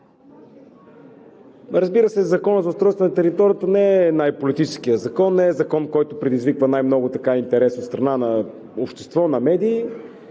Разбира се, Законът за устройство на територията не е най-политическият закон, не е закон, който предизвиква най-много интерес от страна на обществото, на медиите,